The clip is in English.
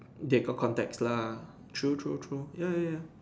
they got contacts lah true true true ya ya ya